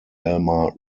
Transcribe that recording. alma